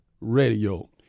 radio